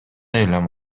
элем